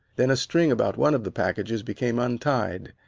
then a string about one of the packages became untied.